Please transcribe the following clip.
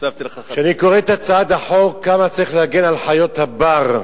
כשאני קורא את הצעת החוק כמה צריך להגן על חיות הבר,